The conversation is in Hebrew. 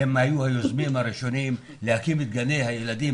והם היו היוזמים הראשונים להקים את גני הילדים